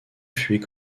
fut